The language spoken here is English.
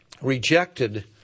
rejected